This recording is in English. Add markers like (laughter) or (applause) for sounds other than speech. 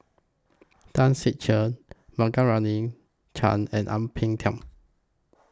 Tan Ser Cher (unintelligible) Chan and Ang Peng Tiam